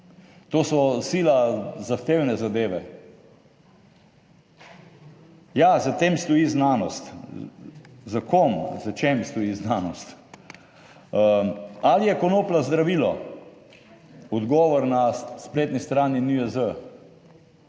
To so sila zahtevne zadeve. Ja, za tem stoji znanost. Za kom, za čim stoji znanost? Ali je konoplja zdravilo? Odgovor na spletni strani NIJZ: